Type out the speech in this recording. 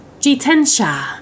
Jitensha